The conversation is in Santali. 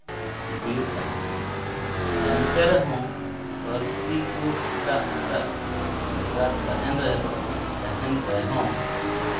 ᱦᱩᱭᱩᱜ ᱠᱟᱱᱟ ᱮᱱᱛᱮ ᱨᱮᱦᱚᱸ ᱯᱟᱹᱨᱥᱤ ᱠᱚ ᱮᱴᱟᱜ ᱮᱴᱟᱜ ᱵᱷᱮᱜᱟᱨ ᱛᱟᱦᱮᱱ ᱨᱮᱫᱚ ᱛᱟᱦᱮᱱ ᱨᱮᱦᱚᱸ